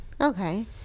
Okay